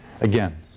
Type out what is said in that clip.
Again